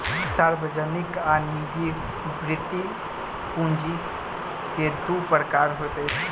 सार्वजनिक आ निजी वृति पूंजी के दू प्रकार होइत अछि